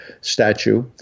statue